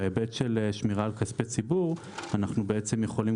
בהיבט של שמירה על כספי ציבור אנחנו יכולים